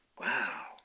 Wow